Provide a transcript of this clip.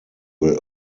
will